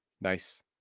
nice